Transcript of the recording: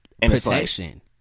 protection